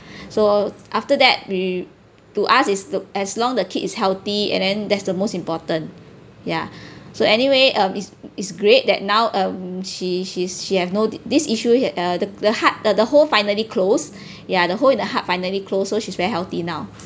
so after that we to us is to as long the kid is healthy and then that's the most important ya so anyway um it's it's great that now um she she she have no this issue uh the the heart the hole finally close ya the hole in the heart finally closed so she's very healthy now